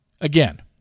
Again